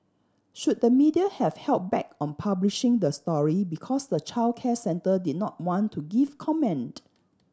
should the media have held back on publishing the story because the childcare centre did not want to give comment